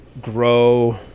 grow